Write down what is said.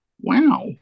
Wow